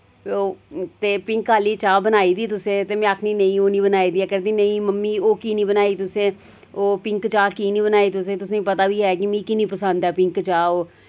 ओह् ते पिंक आह्ली चाह् बनाई दी तुसें ते में आखनी नेईं ओह् निं बनाई दी ऐ करदी नेईं मम्मी ओह् की निं बनाई दी तुसें ओह् पिंक चाह् की निं बनाई तुसें तुसें पता बी है कि मी किन्नी पसंद ऐ पिंक चाह् ओह्